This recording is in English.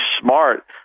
smart